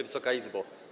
Wysoka Izbo!